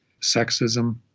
sexism